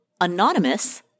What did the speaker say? Anonymous